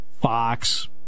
Fox